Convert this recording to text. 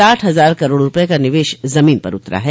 साठ हजार करोड़ रूपये का निवेश जमीन पर उतरा है